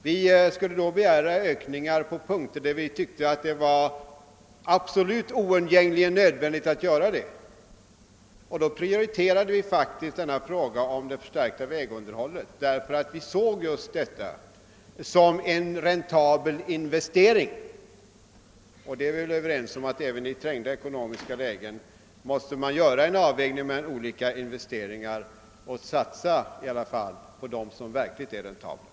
Vi beslöt att begära ökningar på de punkter där vi tyckte att det var absolut nödvändigt att göra det, och vi prioriterade därvid frågan om en förstärkning av vägunderhållet, eftersom vi ansåg det vara en särskilt räntabel investering. Vi är väl överens om att man även i trängda ekonomiska lägen måste göra en avvägning mellan olika investeringar och satsa på dem som verkligen är räntabla.